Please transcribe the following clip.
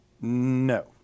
No